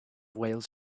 whales